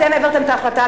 אתם העברתם את ההחלטה.